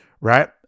right